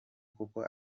kuko